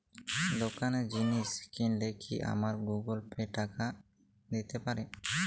দোকানে জিনিস কিনলে কি আমার গুগল পে থেকে টাকা দিতে পারি?